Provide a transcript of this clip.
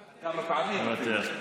מוותר.